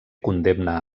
condemna